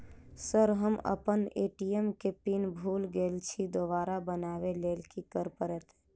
Sir हम अप्पन ATM केँ पिन भूल गेल छी दोबारा बनाबै लेल की करऽ परतै?